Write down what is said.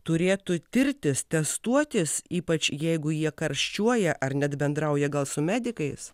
turėtų tirtis testuotis ypač jeigu jie karščiuoja ar net bendrauja gal su medikais